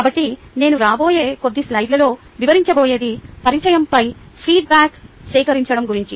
కాబట్టి నేను రాబోయే కొద్ది స్లైడ్లలో వివరించబోయేది పరిచయంపై ఫీడ్బ్యాక్ సేకరించడం గురించి